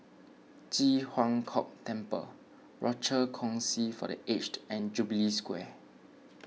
Ji Huang Kok Temple Rochor Kongsi for the Aged and Jubilee Square